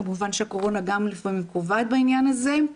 כמובן שהקורונה גם לפעמים קובעת בעניין הזה.